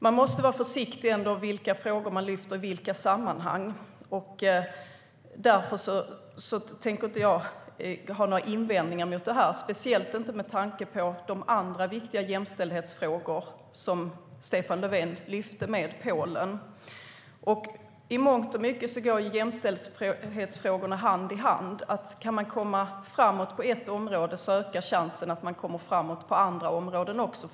Man måste vara försiktig med vilka frågor man lyfter fram och i vilka sammanhang. Därför tänker inte jag ha några invändningar mot detta, speciellt inte med tanke på de andra viktiga jämställdhetsfrågor som Stefan Löfven lyfte fram med Polen. I mångt och mycket går jämställdhetsfrågorna hand i hand. Kan man komma framåt på ett område ökar chansen att man kommer framåt också på andra områden.